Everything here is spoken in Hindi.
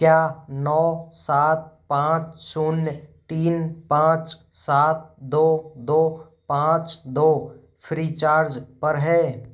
क्या नौ सात पाँच शून्य तीन पाँच सात दो दो पाँच दो फ़्रीचार्ज पर है